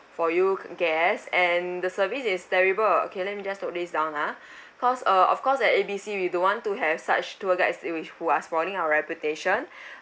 for you guests and the service is terrible okay let me just note this down ah cause uh of course at A B C we don't want to have such tour guides it which who are spoiling our reputation